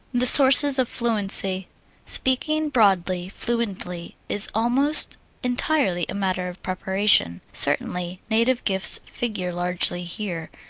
the sources of fluency speaking broadly, fluency is almost entirely a matter of preparation. certainly, native gifts figure largely here,